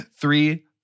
Three